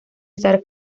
estar